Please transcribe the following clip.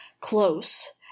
close